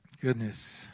Goodness